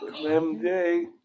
MJ